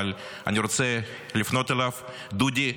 אבל אני רוצה לפנות אליו: דודי,